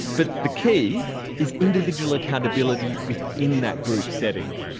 but the key is individual accountability within that group setting.